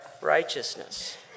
righteousness